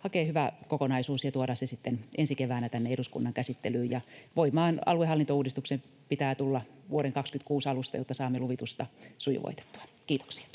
hakea hyvä kokonaisuus ja tuoda se sitten ensi keväänä tänne eduskunnan käsittelyyn. Ja voimaan aluehallintouudistuksen pitää tulla vuoden 26 alusta, jotta saamme luvitusta sujuvoitettua. — Kiitoksia.